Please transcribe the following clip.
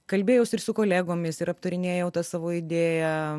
kalbėjaus ir su kolegomis ir aptarinėjau tą savo idėją